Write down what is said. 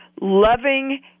loving